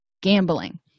gambling